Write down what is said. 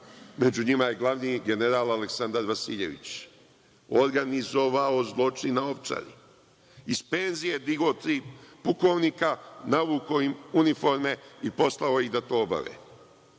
Među njima je glavni general Aleksandar Vasiljević, organizovao zločin na Ovčari. Iz penzije digao tri pukovnika, navukao im uniforme i poslao ih da to obave.